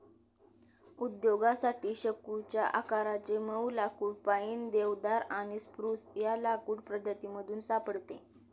उद्योगासाठी शंकुच्या आकाराचे मऊ लाकुड पाईन, देवदार आणि स्प्रूस या लाकूड प्रजातीमधून सापडते